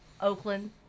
Oakland